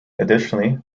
additionally